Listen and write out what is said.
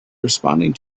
responding